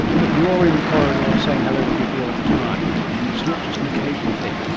but you are in the corridor saying hello to people all the time, and it's not just an occasional thing.